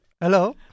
Hello